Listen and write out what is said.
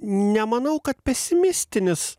nemanau kad pesimistinis